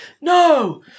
no